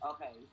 Okay